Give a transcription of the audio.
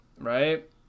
right